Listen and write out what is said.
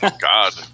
God